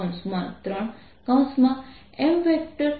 rr mr3 છે